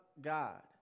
God